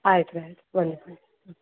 ಆಯ್ತು ರೀ ಆಯಿತು ಬನ್ನಿ ಬನ್ನಿ ಹ್ಞೂ